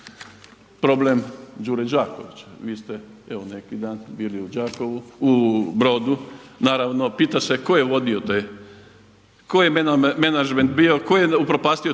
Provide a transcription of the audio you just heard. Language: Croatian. problem Đure Đakovića, vi ste neki dan bili u Brodu naravno pita se ko je vodio, ko je menadžment bio, ko je upropastio tu